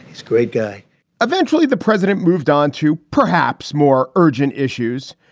he's great guy eventually, the president moved on to perhaps more urgent issues,